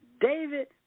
David